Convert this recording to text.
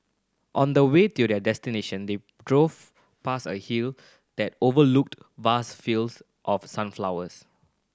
on the way to their destination they drove past a hill that overlooked vast fields of sunflowers